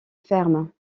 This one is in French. ferme